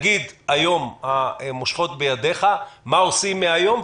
נגיד שהיום המושכות בידיך, מה עושים מהיום?